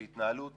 שהיא התנהלות